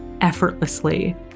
effortlessly